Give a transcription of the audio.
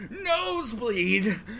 Nosebleed